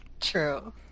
True